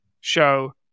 show